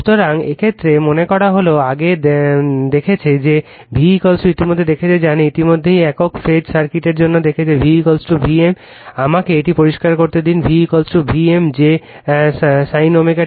সুতরাং এই ক্ষেত্রে এর মানে হল আগে দেখেছে যে V ইতিমধ্যেই দেখেছে জানে ইতিমধ্যেই একক ফেজ সার্কিটের জন্য দেখেছে V Vm আমাকে এটি পরিষ্কার করতে দিন V Vm যে ω t